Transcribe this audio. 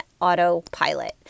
autopilot